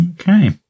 Okay